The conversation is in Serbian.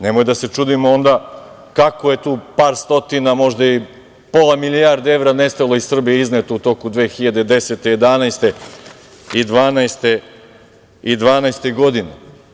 Nemoj da se čudimo onda kako je tu par stotina, možda i pola milijarde evra nestalo iz Srbije, izneto u toku 2010, 2011. i 2012. godine.